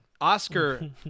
Oscar